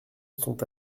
sont